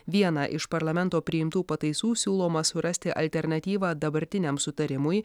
vieną iš parlamento priimtų pataisų siūloma surasti alternatyvą dabartiniam sutarimui